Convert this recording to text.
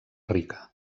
rica